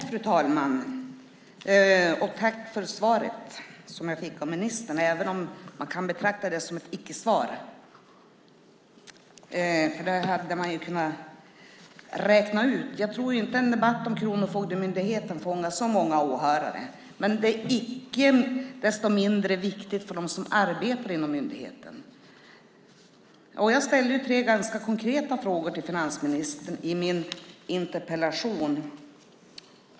Fru talman! Tack för svaret, som jag fick av ministern, även om man kan betrakta det som ett icke-svar! Det här hade man ju kunnat räkna ut. Jag tror inte att en debatt om Kronofogdemyndigheten fångar så många åhörare, men det är icke desto mindre viktigt för dem som arbetar inom myndigheten. Jag ställde tre ganska konkreta frågor till finansministern i min interpellation.